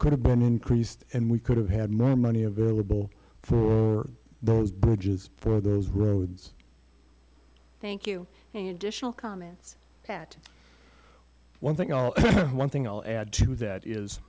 could have been increased and we could have had more money available for those bridges for those roads thank you it's that one thing one thing i'll add to that is